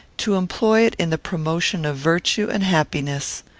to employ it in the promotion of virtue and happiness.